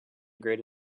great